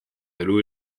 elu